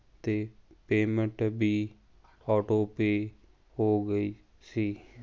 ਅਤੇ ਪੇਮੈਂਟ ਵੀ ਔਟੋਪੇਅ ਹੋ ਗਈ ਸੀ